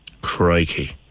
Crikey